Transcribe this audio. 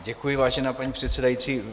Děkuji, vážená paní předsedající.